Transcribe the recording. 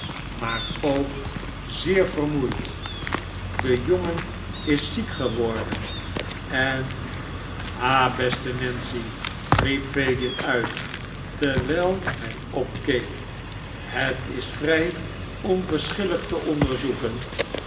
maar ook zeer vermoeid de jongen is ziek geworden en ha beste nancy riep fagin uit terwijl hij opkeek het is vrij onverschillig te onderzoeken